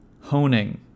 honing